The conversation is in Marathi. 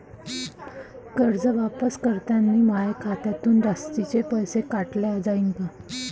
कर्ज वापस करतांनी माया खात्यातून जास्तीचे पैसे काटल्या जाईन का?